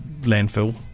landfill